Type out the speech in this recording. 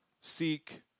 seek